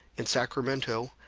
in sacramento,